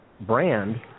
brand